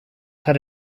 had